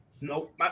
Nope